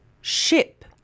Ship